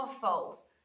false